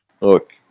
Look